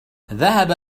ذهب